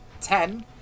ten